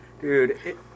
Dude